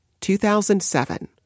2007